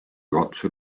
juhatuse